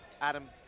Adam